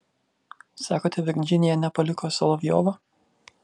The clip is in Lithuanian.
sakote virdžinija nepažino solovjovo